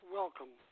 welcome